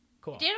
Cool